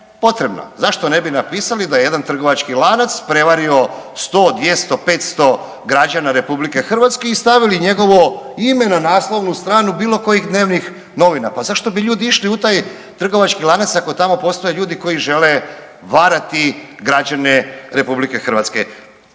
potrebna. Zašto ne bi napisali da je jedan trgovački lanac prevario 100, 200, 500 građana Republike Hrvatske i stavili njegovo ime na naslovnu stranu bilo kojih dnevnih novina. Pa zašto bi ljudi išli u taj trgovački lanac ako tamo postoje ljudi koji žele varati građane Republike Hrvatske. Čuli smo